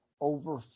over